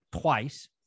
twice